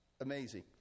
amazing